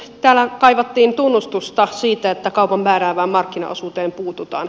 täällä kaivattiin tunnustusta siitä että kaupan määräävään markkinaosuuteen puututaan